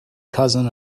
cousin